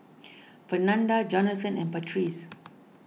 Fernanda Johathan and Patrice